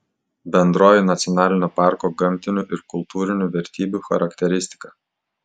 bendroji nacionalinio parko gamtinių ir kultūrinių vertybių charakteristika